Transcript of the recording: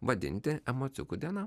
vadinti emociukų diena